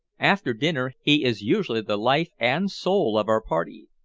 after dinner he is usually the life and soul of our party.